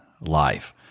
life